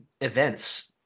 events